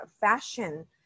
fashion